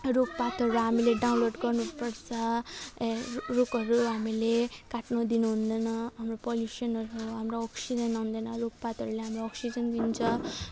रुखपातहरू हामीले डाउनलोड गर्नु पर्छ ए रुखहरू हामीले काट्नु दिनुहुँदैन हाम्रो पल्युसनहरू हाम्रो ओक्सिजन आउँदैन रुखपातहरूले हाम्रो ओक्सिजन दिन्छ